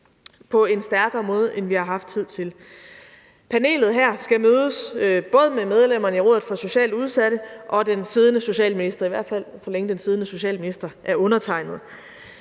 på en stærkere måde, end vi har haft hidtil. Panelet her skal mødes med både medlemmerne i Rådet for Socialt Udsatte og den siddende socialminister, i hvert fald så længe den siddende socialminister er undertegnede.